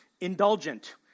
indulgent